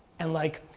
and like,